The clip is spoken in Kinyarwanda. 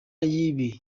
y’ibi